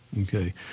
okay